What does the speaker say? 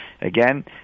again